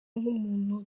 nk’umuntu